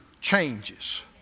changes